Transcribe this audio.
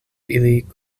ili